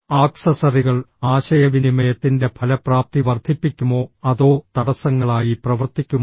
ആക്സസറികൾ ആശയവിനിമയത്തിന്റെ ഫലപ്രാപ്തി വർദ്ധിപ്പിക്കുമോ അതോ തടസ്സങ്ങളായി പ്രവർത്തിക്കുമോ